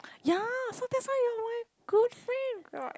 ya so that's why you are my good friend girl